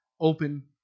open